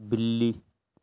بلی